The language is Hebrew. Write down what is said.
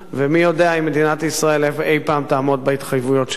ומי יודע אם מדינת ישראל אי-פעם תעמוד בהתחייבויות שלה.